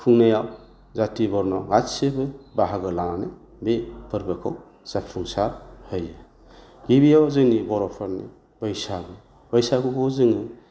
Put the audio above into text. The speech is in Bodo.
खुंनायाव जाथि बर्न गासिबो बाहागो लानानै बे फोर्बोखौ जाफुंसार होयो गिबियाव जोंनि बर'फोरनि बैसागु बैसागुखौ जोङो